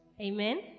Amen